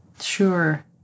Sure